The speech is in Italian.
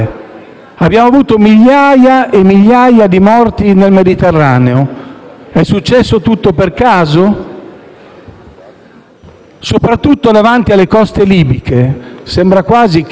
abbiamo avuto migliaia e migliaia di morti nel Mediterraneo. È successo tutto per caso? Soprattutto, davanti alle coste libiche sembra quasi che